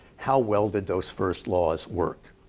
how well did those first laws work?